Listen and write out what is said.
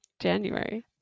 January